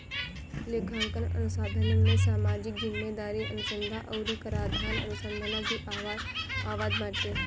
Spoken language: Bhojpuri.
लेखांकन अनुसंधान में सामाजिक जिम्मेदारी अनुसन्धा अउरी कराधान अनुसंधान भी आवत बाटे